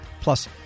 Plus